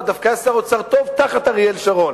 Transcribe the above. ודווקא הוא היה שר אוצר טוב תחת אריאל שרון,